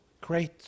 Great